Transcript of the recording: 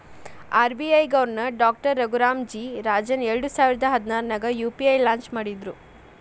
RBI governor doctor Raghuram G Rajan ಎರಡಸಾವಿರ ಹದ್ನಾರಾಗ UPI launch ಮಾಡಿದ್ರು